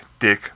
dick